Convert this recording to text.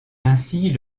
ainsi